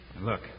Look